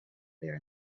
there